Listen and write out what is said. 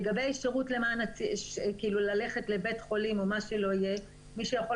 לגבי ללכת לבית חולים או מה שלא יהיה, מי שיכול